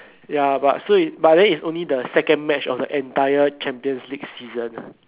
ya but so is but then it's only the second match of the entire champions league season